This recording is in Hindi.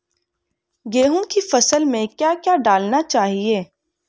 गेहूँ की फसल में क्या क्या डालना चाहिए?